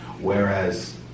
Whereas